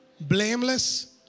Blameless